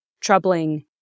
troubling